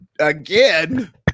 Again